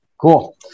Cool